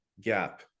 gap